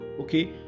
okay